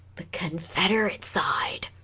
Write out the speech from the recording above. the confederate side